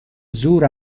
زور